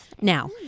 Now